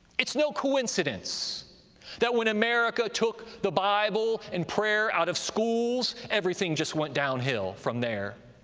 it's no coincidence that when america took the bible and prayer out of schools everything just went downhill from there.